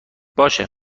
باشه